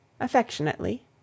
Affectionately